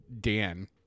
Dan